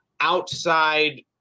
outside